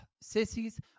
Sissies